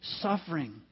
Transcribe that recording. suffering